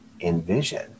envision